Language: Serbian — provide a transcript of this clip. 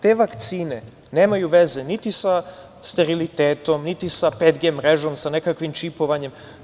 Te vakcine nemaju veze niti sa sterilitetom, niti sa 5-G mrežom, sa nekakvim čipovanjem.